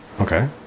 Okay